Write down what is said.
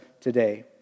today